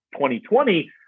2020